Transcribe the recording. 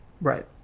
Right